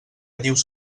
dius